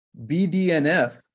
BDNF